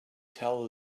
tell